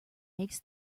makes